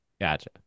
Gotcha